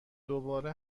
دوباره